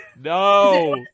No